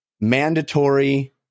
mandatory